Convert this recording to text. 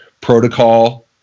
protocol